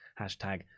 Hashtag